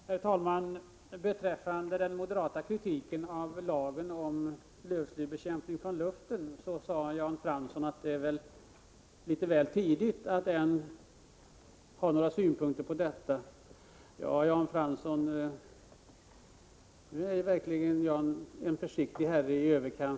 Herr talman! Beträffande den moderata kritiken av lagen om lövslybekämpning från luften sade Jan Fransson att det är litet väl tidigt att ha några synpunkter på detta än. Då är Jan Fransson verkligen försiktig i överkant.